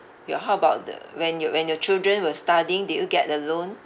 your how about the when your when your children were studying did you get a loan